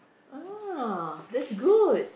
ah that's good